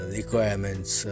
requirements